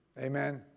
Amen